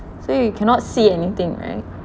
so you cannot see anything right